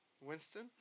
Winston